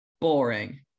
boring